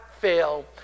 fail